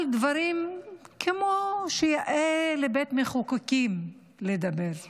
על דברים שיאה לבית מחוקקים לדבר בהם.